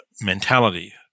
mentality